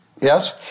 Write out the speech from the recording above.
yes